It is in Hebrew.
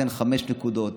תן חמש נקודות,